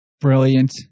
Brilliant